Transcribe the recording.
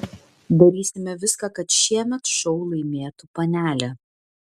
darysime viską kad šiemet šou laimėtų panelė